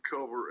cover